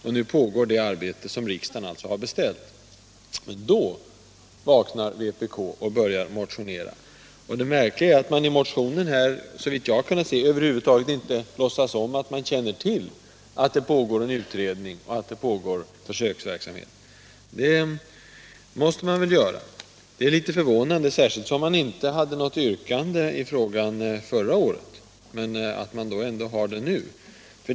Och nu pågår alltså det arbete som riksdagen har beställt. Men då vaknar vänsterpartiet kommunisterna och börjar motionera. Det märkliga är att man i motionen såvitt jag kunnat se över huvud taget inte låtsas om att man känner till att det pågår en utredning och en försöksverksamhet. Det måste man väl göra. Det är litet förvånande att man inte hade något yrkande i denna fråga förra året, men att man har det nu.